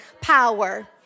power